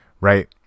right